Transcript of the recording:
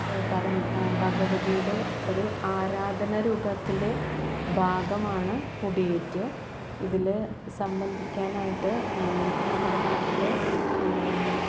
പറം ഭഗവതിയുടെ ഒരു ആരാധന രൂപത്തിൻ്റെ ഭാഗമാണ് മൂടിയേറ്റ് ഇതിൽ സംബന്ധിക്കാനായിട്ട് നമ്മുടെ നാട്ടിലെ